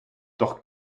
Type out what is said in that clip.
doch